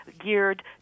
geared